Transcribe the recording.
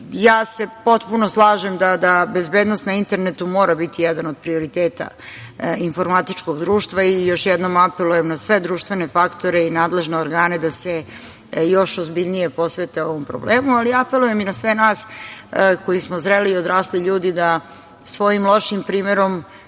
se slažem da bezbednost na internetu mora biti jedan od prioriteta informatičkog društva i još jednom apelujem na sve društvene faktore i nadležne organe da se još ozbiljnije posvete ovom problemu, ali apelujem i na sve nas koji smo zreli i odrasli ljudi da svojim lošim primerom